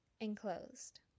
Enclosed